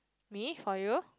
mean for you